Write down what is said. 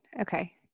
Okay